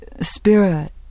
spirit